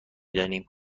دانیم